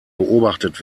beobachtet